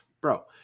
Bro